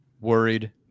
worried